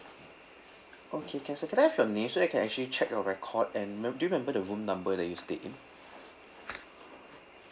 okay can sir can I have your name so that I can actually check your record and mem~ do you remember the room number that you stayed in